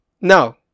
No